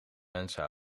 mensen